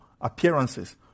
appearances